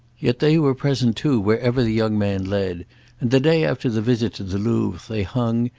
yet they were present too wherever the young man led, and the day after the visit to the louvre they hung,